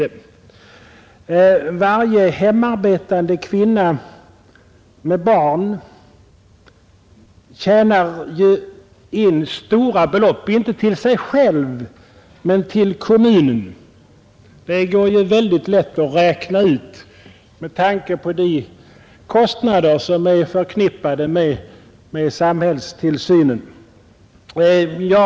Men varje hemarbetande kvinna med barn tjänar in stora belopp, inte till sig själv men till kommunen. Det går väldigt lätt att räkna ut med tanke på de kostnader som är förknippade med samhällstillsynen av barn.